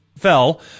fell